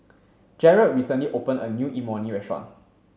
Jaret recently opened a new Imoni restaurant